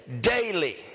daily